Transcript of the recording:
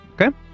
Okay